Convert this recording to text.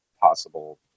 possible